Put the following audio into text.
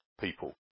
people